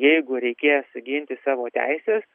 jeigu reikės ginti savo teises